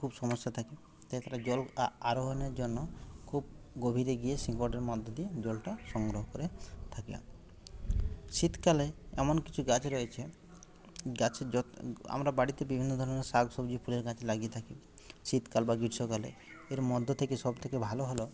খুব সমস্যা থাকে জল আরোহণের জন্য খুব গভীরে গিয়ে শিকড়ের মধ্যে দিয়ে জলটা সংগ্রহ করে থাকে শীতকালে এমন কিছু গাছ রয়েছে গাছের আমরা বিভিন্ন ধরনের শাকসবজি ফুলের গাছ লাগিয়ে থাকি শীতকাল বা গ্রীষ্মকালে এর মধ্য থেকে সবথেকে ভালো হলো